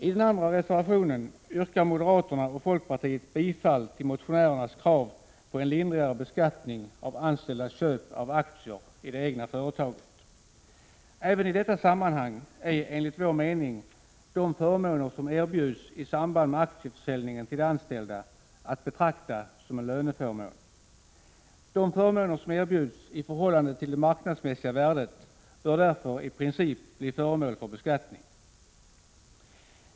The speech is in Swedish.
I den andra reservationen yrkar moderaterna och folkpartiet bifall till motionärernas krav på en lindrigare beskattning av anställdas köp av aktier i det egna företaget. Även i detta sammanhang är, enligt vår mening, de förmåner som erbjuds i samband med aktieförsäljningen till de anställda att betrakta som en löneförmån. De förmåner som erbjuds i förhållande till det marknadsmässiga värdet bör därför i princip bli föremål för beskattning.